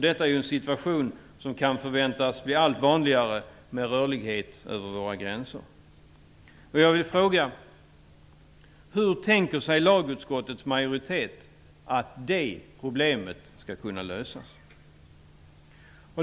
Detta är ju en situation som kan förväntas bli allt vanligare i och med ökad rörlighet över våra gränser. Och jag vill fråga: Hur tänker sig lagutskottets majoritet att det problemet skall kunna lösas?